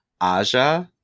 Aja